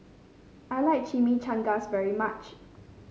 I like Chimichangas very much